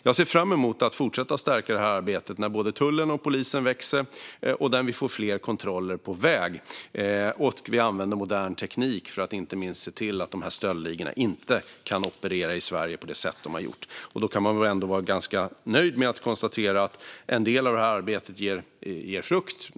Jag ser fram emot att fortsätta att stärka arbetet när både tullen och polisen växer så att vi får fler kontroller på vägarna, med användning av modern teknik för att se till att stöldligorna inte kan operera i Sverige på det sätt som de har gjort. Man kan vara ganska nöjd med att konstatera att en del av arbetet bär frukt.